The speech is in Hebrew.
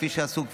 כפי שעשו,